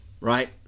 right